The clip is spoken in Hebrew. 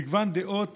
מגוון דעות